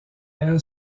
elle